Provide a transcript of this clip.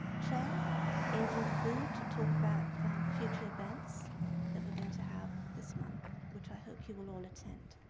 chair angel vu to talk about future events that we're going to have this month which i hope you will all attend.